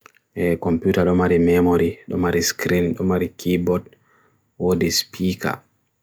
computa domari memory, domari screen, domari keyboard odis pika.